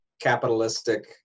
capitalistic